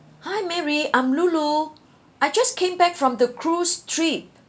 hi mary I'm loulou I just came back from the cruise trip